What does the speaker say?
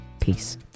Peace